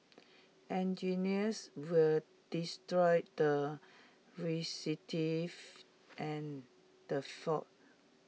engineers were destroyed and the fault